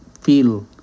feel